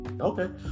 Okay